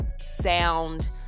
sound